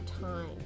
time